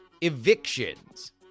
evictions